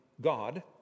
God